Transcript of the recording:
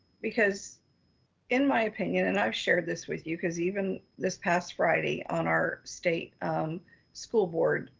because in my opinion, and i've shared this with you. cause even this past friday on our state school board,